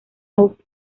off